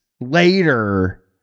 later